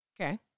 Okay